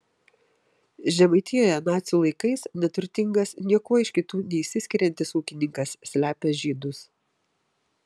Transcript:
žemaitijoje nacių laikais neturtingas niekuo iš kitų neišsiskiriantis ūkininkas slepia žydus